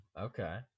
okay